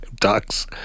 Ducks